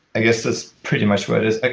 i guess that's pretty much what it is.